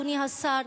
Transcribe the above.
אדוני השר,